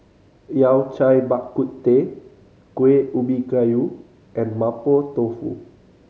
Yao Cai Bak Kut Teh Kuih Ubi Kayu and Mapo Tofu